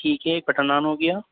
ٹھیک ہے ایک بٹر نان ہوگیا